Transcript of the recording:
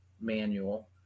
Manual